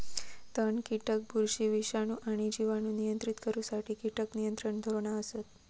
तण, कीटक, बुरशी, विषाणू आणि जिवाणू नियंत्रित करुसाठी कीटक नियंत्रण धोरणा असत